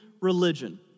religion